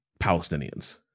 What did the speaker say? Palestinians